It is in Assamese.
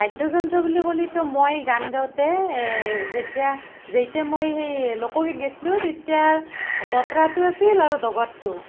বাদ্যযন্ত্ৰ বুলি ক'লেটো মই গান গাওঁতে যেতিয়া যেতিয়া মই সেই লোকগীত গাইছিলোঁ তেতিয়া দোতাৰাটো আছিল আৰু ডগৰটো